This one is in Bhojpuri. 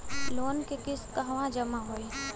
लोन के किस्त कहवा जामा होयी?